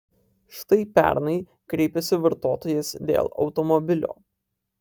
štai pernai kreipėsi vartotojas dėl automobilio